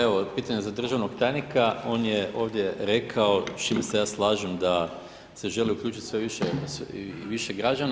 Evo, pitanje za državnog tajnika, on je ovdje rekao, s čim se ja slažem, da se želi uključiti sve više i više građana.